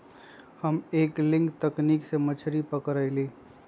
हम एंगलिंग तकनिक से मछरी पकरईली